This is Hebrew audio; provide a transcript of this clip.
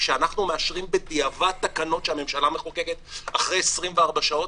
שאנחנו מאשרים בדיעבד תקנות שהממשלה מחוקקת אחרי 24 שעות